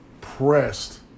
pressed